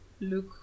look